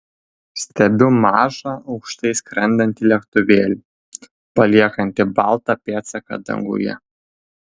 stebiu mažą aukštai skrendantį lėktuvėlį paliekantį baltą pėdsaką danguje